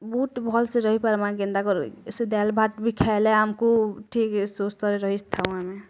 ବହୁତ ଭଲ ସେ ରହି ପାର୍ମା କେନ୍ତା କରବି ସେ ଡାଲ୍ ଭାତ ବି ଖାଇଲେ ଆମକୁ ଠିକ୍ ସୁସ୍ଥରେ ରହିଥାଉ ଆମେ